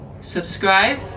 subscribe